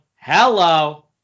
hello